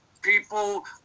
people